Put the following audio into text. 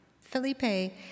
Felipe